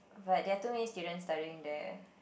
but there are too many students studying there